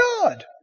God